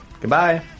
Goodbye